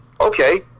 Okay